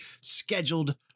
scheduled